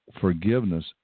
forgiveness